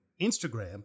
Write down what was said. Instagram